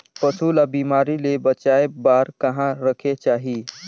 पशु ला बिमारी ले बचाय बार कहा रखे चाही?